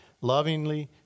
lovingly